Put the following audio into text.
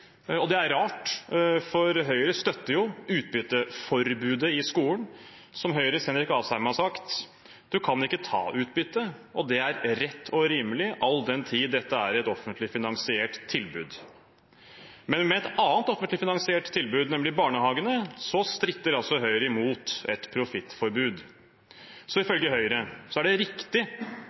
og det er rart, for Høyre støtter utbytteforbudet i skolen. Som Høyres Henrik Asheim har sagt, kan man ikke ta utbytte, og det er rett og rimelig all den tid dette er et offentlig finansiert tilbud. Men når det gjelder et annet offentlig finansiert tilbud, nemlig barnehagene, stritter Høyre imot et profittforbud. Så ifølge Høyre er det riktig